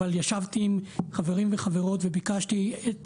אבל ישבתי עם חברים וחברות וביקשתי את